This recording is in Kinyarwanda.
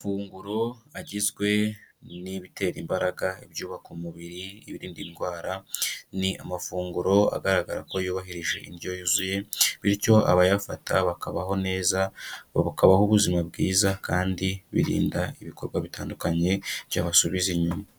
Amafunguro agizwe n'ibitera imbaraga, ibyubaka umubiri ibirinda indwara, ni amafunguro agaragara ko yubahirije indyo yuzuye bityo abayafata bakabaho neza bakabaho ubuzima bwiza kandi birinda ibikorwa bitandukanye byabasubiza inyuma.